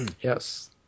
Yes